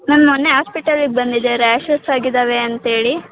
ma'am ಮೊನ್ನೆ ಆಸ್ಪೆಟಾಲಿಗೆ ಬಂದಿದ್ದೆ ರ್ಯಾಷಸ್ ಆಗಿದ್ದಾವೆ ಅಂತ್ಹೇಳಿ